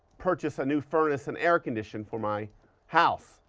purchase a new furnace and air condition for my house,